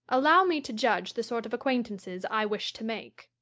allow me to judge the sort of acquaintances i wish to make.